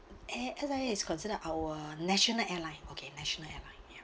eh S_I_A is consider our national airline okay national airline yup